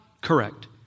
correct